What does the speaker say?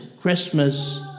Christmas